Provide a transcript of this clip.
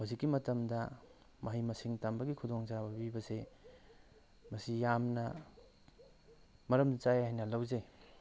ꯍꯧꯖꯤꯛꯀꯤ ꯃꯇꯝꯗ ꯃꯍꯩ ꯃꯁꯤꯡ ꯇꯝꯕꯒꯤ ꯈꯨꯗꯣꯡ ꯆꯥꯕ ꯄꯤꯕ ꯑꯁꯤ ꯃꯁꯤ ꯌꯥꯝꯅ ꯃꯔꯝ ꯆꯥꯏ ꯍꯥꯏꯅ ꯂꯧꯖꯩ